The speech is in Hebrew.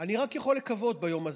אני רק יכול לקוות ביום הזה,